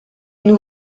nous